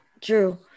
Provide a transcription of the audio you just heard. true